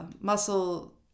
muscle